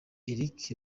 eric